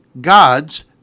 God's